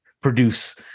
produce